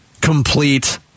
complete